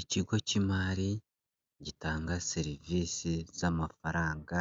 Ikigo k'imari gitanga serivisi z'amafaranga,